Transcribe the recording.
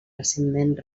recentment